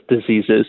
diseases